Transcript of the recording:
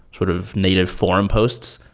sort of native form posts.